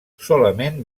solament